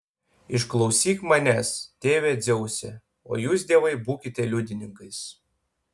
išklausyk manęs tėve dzeuse o jūs dievai būkite liudininkais